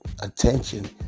attention